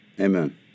Amen